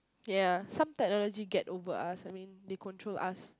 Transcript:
yeah some technology get over us I mean they control us